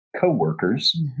coworkers